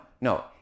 no